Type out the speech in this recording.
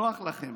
נוח לכם,